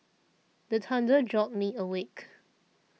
the thunder jolt me awake